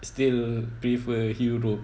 still prefer europe